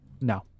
No